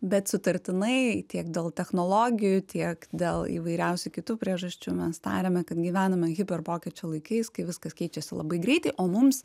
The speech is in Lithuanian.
bet sutartinai tiek dėl technologijų tiek dėl įvairiausių kitų priežasčių mes tariame kad gyvename hiper pokyčių laikais kai viskas keičiasi labai greitai o mums